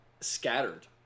scattered